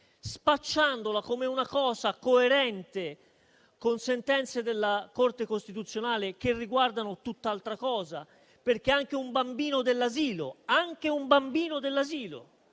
spacciandola come una cosa coerente con sentenze della Corte costituzionale che riguardano tutt'altra cosa. Anche un bambino dell'asilo, se non è in malafede,